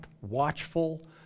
watchful